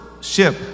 ship